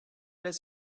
les